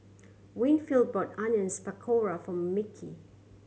Winfield bought Onions Pakora for Mickie